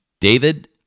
David